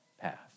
path